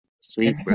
Sweet